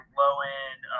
low-end